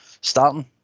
starting